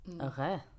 okay